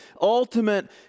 ultimate